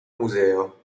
museo